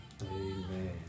Amen